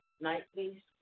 Nightly